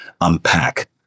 unpack